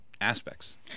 aspects